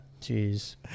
Jeez